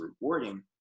rewarding